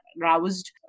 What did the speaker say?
roused